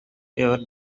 your